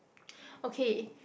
okay